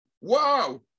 Wow